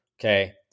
okay